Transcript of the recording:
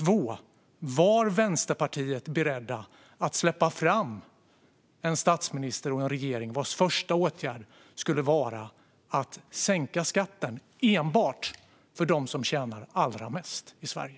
Var ni i Vänsterpartiet beredda att släppa fram en statsminister och en regering vars första åtgärd skulle vara att sänka skatten enbart för dem som tjänar allra mest i Sverige?